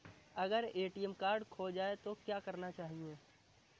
अगर ATM card खो जाए तो क्या करना चाहिए?